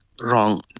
wrong